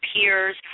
peers